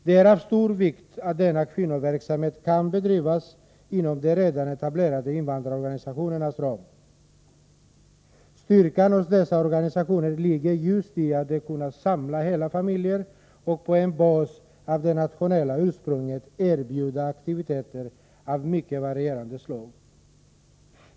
Det är av stor vikt att denna kvinnoverksamhet kan bedrivas inom de redan etablerade invandrarorganisationernas ram. Styrkan hos dessa organisationer ligger just i att de kunnat samla hela familjer och på en bas av det nationella ursprunget erbjuda aktiviteter av mycket varierande slag.